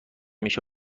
میشه